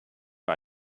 nur